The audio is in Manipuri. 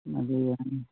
ꯑꯗꯨꯝ ꯌꯥꯅꯤ